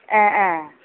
ए ए